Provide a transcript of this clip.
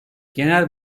genel